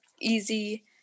easy